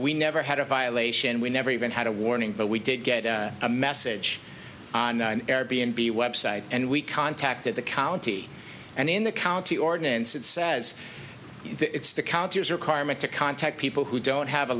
we never had a violation we never even had a warning but we did get a message on air b n b website and we contacted the county and in the county ordinance it says that it's the counties or karma to contact people who don't have a